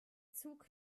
zug